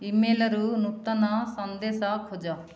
ଇମେଲରୁ ନୂତନ ସନ୍ଦେସ ଖୋଜ